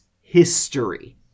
history